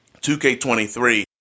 2K23